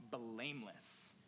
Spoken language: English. blameless